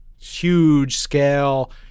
huge-scale